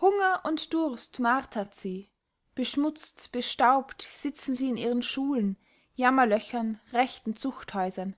hunger und durst martert sie beschmutzt bestaubt sitzen sie in ihren schulen jammerlöchern rechten zuchthäusern